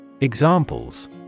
Examples